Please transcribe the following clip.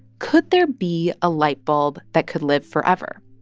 could there be a light bulb that could live forever?